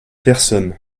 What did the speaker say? personnes